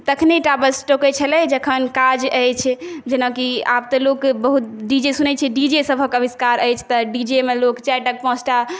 तखनेटा बस टोकै छलै जखन काज अछि जेनाकि आब तऽ लोक बहुत डी जे सुनै छिए डी जे सबके आविष्कार अछि तऽ डी जे मे लोक चारि टा पाँच टा